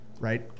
right